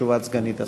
תשובת סגנית השר.